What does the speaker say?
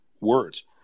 words